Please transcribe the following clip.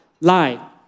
lie